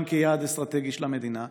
גם כיעד אסטרטגי של המדינה.